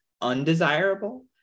undesirable